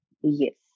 Yes